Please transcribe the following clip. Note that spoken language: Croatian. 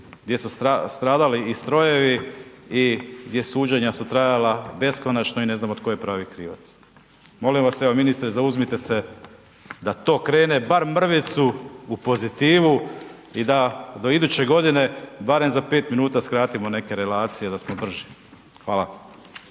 gdje su stradali i strojevi i gdje suđenja su trajala beskonačno i ne znamo tko je pravi krivac. Molim vas evo ministre zauzmite se da to krene bar mrvicu u pozitivu i da do iduće godine barem za pet minuta skratite neke relacije da smo brži. Hvala.